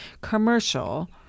commercial